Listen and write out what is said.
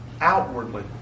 outwardly